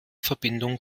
verbindung